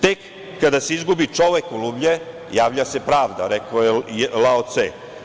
Tek kada se izbori čovekoljublje javlja se pravda, rekao je Lao Ce.